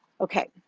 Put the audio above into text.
Okay